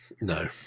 No